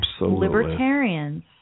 libertarians